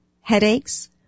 headaches